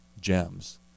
gems